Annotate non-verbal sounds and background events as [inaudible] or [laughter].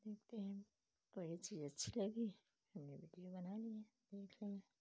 देखते हैं कोई चीज़ अच्छी लगी हमने विडियो बना लिया [unintelligible]